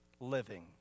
Living